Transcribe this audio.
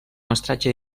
mestratge